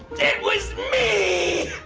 was me!